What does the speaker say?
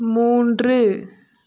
மூன்று